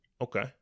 okay